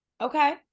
Okay